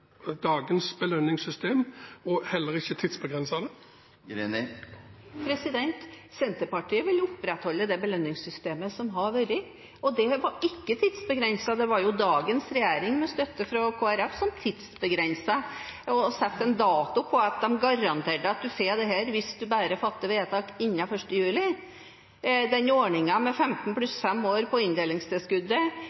dagens belønningssystem, og heller ikke tidsbegrense det? Senterpartiet vil opprettholde det belønningssystemet som har vært, og det var ikke tidsbegrenset. Det var dagens regjering med støtte fra Kristelig Folkeparti som tidsbegrenset og satte en dato ved at man garanterte at man får dette hvis man bare fatter vedtak innen 1. juli. Denne ordningen med